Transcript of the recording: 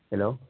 hello